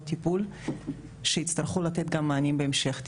טיפול שיצטרכו לתת גם מענים בהמשך טיפול.